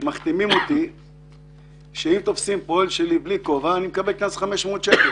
מחתימים אותי שאם תופסים פועל שלי בלי קסדה אני מקבל קנס של 500 שקל.